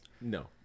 No